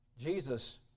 Jesus